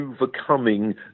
overcoming